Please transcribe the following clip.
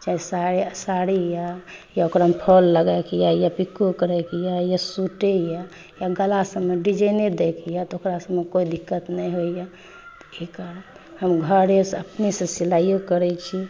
चाहे साया साड़ी यऽ या ओकरामे फॉल लगाइकें यऽ या पिको करयके यऽ या सुटे यऽ या गला सभमे डिजाइने दैके यऽ तऽ ओकरा सभमे कोइ दिक्कत नहि होइए हम घरेसँ अपनेसँ सिलाइयो करैत छी